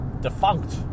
defunct